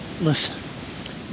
listen